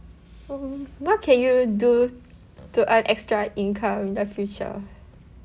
hmm what can you do to earn extra income in the future